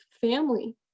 family